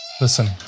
Listen